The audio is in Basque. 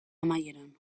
amaieran